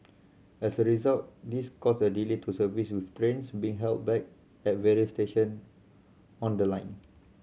as a result this caused a delay to service with trains being held back at various station on the line